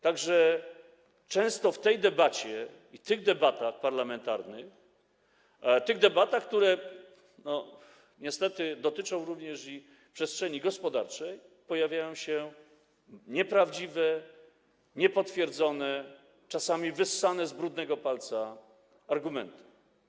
Tak że często w tej debacie i w tych debatach parlamentarnych, które niestety dotyczą również i przestrzeni gospodarczej, pojawiają się nieprawdziwe, niepotwierdzone, czasami wyssane z brudnego palca argumenty.